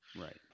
right